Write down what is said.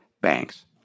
banks